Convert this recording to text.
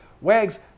Wags